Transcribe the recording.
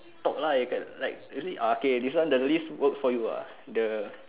talk lah okay like ah okay the list work for you ah the